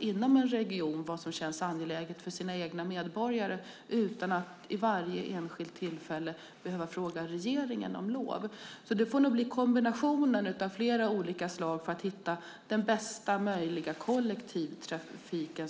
inom en region vad som känns angeläget för de egna invånarna utan att vid varje enskilt tillfälle behöva fråga regeringen om lov. Det får bli en kombination av flera olika slag för att hitta den bästa möjliga kollektivtrafiken.